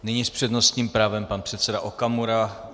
Nyní s přednostním právem pan předseda Okamura.